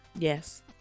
Yes